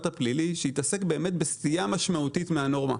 הפלילי שיתעסק בסטייה משמעותית מהנורמה.